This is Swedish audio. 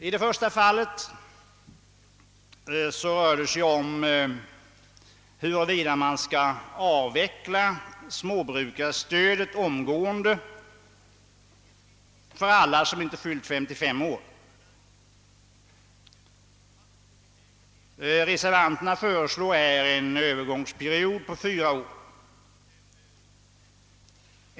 I det första fallet rör det sig om huruvida man skall avveckla småbrukarstödet omgående för alla som inte fyllt 55 år. Reservanterna föreslår här en Öövergångstid på fyra år.